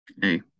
Hey